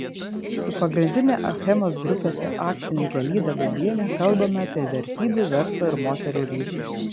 su pagrindine achemos grupės akcininke lyda lubiene kalbame apie vertybių verslo ir moterų ryšį